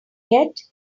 yet